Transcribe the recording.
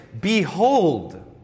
Behold